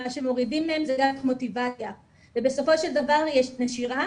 מה שמורידים להם זה --- ובסופו של דבר יש נשירה,